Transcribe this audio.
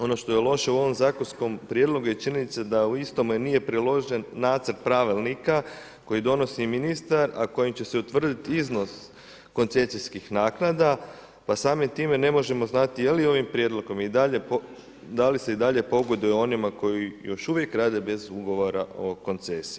Ono što je loše u ovom zakonskom prijedlogu i činjenice da u istome nije priložen nacrt pravilnika koje donosi ministar, a kojim će se utvrditi iznos koncesijskih naknada, pa samim time, ne možemo znati, je li ovim prijedlogom i dalje, da li se i dalje pogoduje koji još uvijek rade bez ugovora o koncesiji.